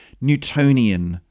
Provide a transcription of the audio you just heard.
Newtonian